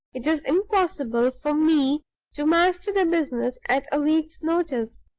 it is impossible for me to master the business at a week's notice.